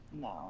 No